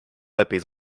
lepiej